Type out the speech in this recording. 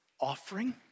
offering